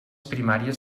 primàries